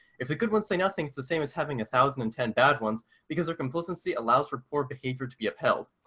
if the good ones say nothing it's the same as having one thousand and ten bad ones because their complacency allows for poor behavior to be upheld.